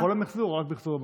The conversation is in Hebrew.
בכל המחזור או רק במחזור למקור?